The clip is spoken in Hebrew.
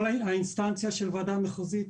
כל האינסטנסיה של הוועדה המחוזית,